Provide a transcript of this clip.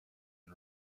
and